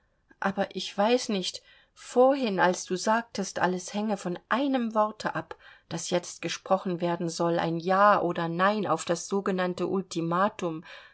aber ich weiß nicht vorhin als du sagtest alles hänge von einem worte ab das jetzt gesprochen werden soll ein ja oder nein auf das sogenannte ultimatum